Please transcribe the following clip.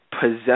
possess